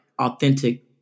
authentic